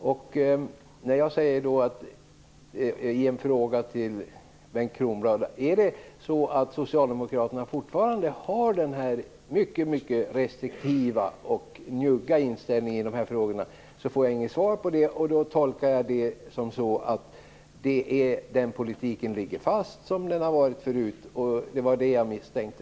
När jag frågar Bengt Kronblad om Socialdemokraterna fortfarande har denna mycket restriktiva och njugga inställning i dessa frågor får jag inget svar. Det tolkar jag som att politiken ligger fast som den har varit förut. Det var det jag misstänkte.